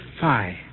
five